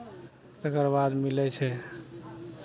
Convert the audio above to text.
तकरबाद मिलै छै